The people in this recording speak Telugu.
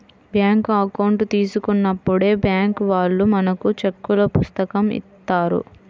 బ్యేంకు అకౌంట్ తీసుకున్నప్పుడే బ్యేంకు వాళ్ళు మనకు చెక్కుల పుస్తకం ఇత్తారు